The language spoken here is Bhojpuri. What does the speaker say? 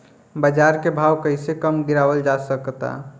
बाज़ार के भाव कैसे कम गीरावल जा सकता?